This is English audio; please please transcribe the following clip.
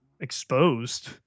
Exposed